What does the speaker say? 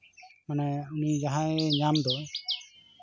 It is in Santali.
ᱢᱟᱱᱮ ᱩᱱᱤ ᱡᱟᱦᱟᱸᱭ ᱧᱟᱢ ᱫᱚ